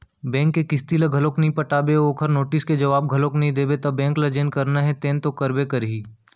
bank के किस्ती ल घलोक नइ पटाबे अउ ओखर नोटिस के जवाब घलोक नइ देबे त बेंक ल जेन करना हे तेन तो करबे करही